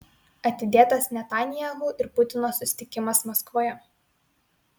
atidėtas netanyahu ir putino susitikimas maskvoje